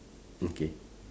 okay